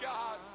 God